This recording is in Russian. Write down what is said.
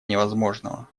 невозможного